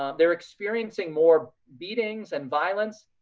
um they're experiencing more beatings and violence.